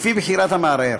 לפי בחירת המערער.